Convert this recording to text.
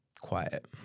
Quiet